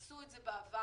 עשו את זה בעבר,